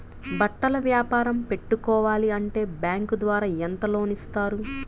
బట్టలు వ్యాపారం పెట్టుకోవాలి అంటే బ్యాంకు ద్వారా ఎంత లోన్ ఇస్తారు?